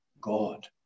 God